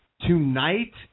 tonight